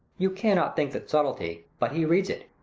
you cannot think that subtlety, but he reads it.